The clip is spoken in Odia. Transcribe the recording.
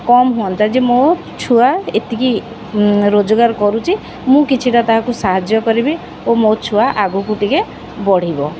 କମ୍ ହୁଅନ୍ତା ଯେ ମୋ ଛୁଆ ଏତିକି ରୋଜଗାର କରୁଛି ମୁଁ କିଛିଟା ତାହାକୁ ସାହାଯ୍ୟ କରିବି ଓ ମୋ ଛୁଆ ଆଗକୁ ଟିକିଏ ବଢ଼ିବ